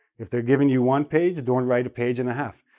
if they're giving you one page, don't write a page and a half.